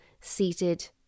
seated